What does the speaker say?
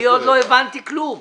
אני עוד לא הבנתי כלום.